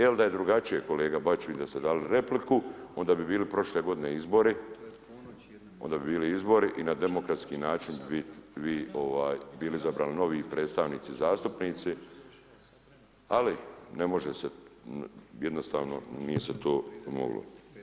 El da je drugačije kolega Bačić, vidim da ste dali repliku, onda bi bili prošle godine izbori, onda bi bili izbori i na demokratski način bi vi ovaj bili izabrani novi predstavnici zastupnici, ali ne može se jednostavno nije se to moglo.